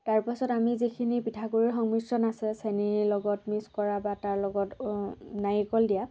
তাৰ পিছত আমি যিখিনি পিঠাগুড়িৰ সংমিশ্ৰণ আছে চেনীৰ লগত মিক্স কৰা বা তাৰ লগত নাৰিকল দিয়া